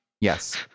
Yes